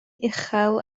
uchel